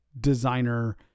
designer